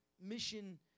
mission